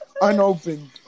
Unopened